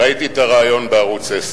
ראיתי את הריאיון בערוץ-10.